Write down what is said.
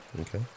okay